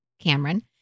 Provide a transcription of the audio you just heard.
Cameron